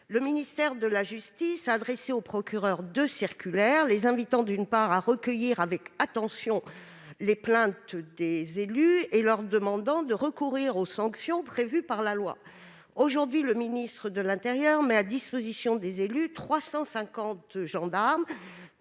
Le ministère de la justice a adressé aux procureurs deux circulaires les invitant à recueillir avec attention les plaintes des élus et leur demandant de recourir aux sanctions prévues par la loi. Aujourd'hui, le ministère de l'intérieur met à disposition des élus 350 négociateurs